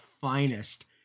finest